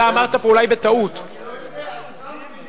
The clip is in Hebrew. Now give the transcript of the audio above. אתה אמרת פה, אולי בטעות.